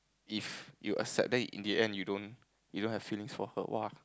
if you accept then in the end you don't you don't have feelings for her !wow!